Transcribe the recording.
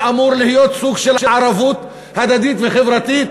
שאמור להיות סוג של ערבות הדדית וחברתית.